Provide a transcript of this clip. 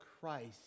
christ